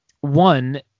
One